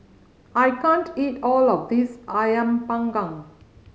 I can't eat all of this Ayam Panggang